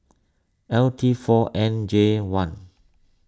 L T four N J one